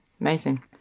Amazing